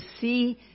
see